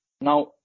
Now